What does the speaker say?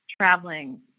traveling